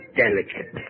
delicate